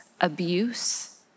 abuse